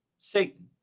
Satan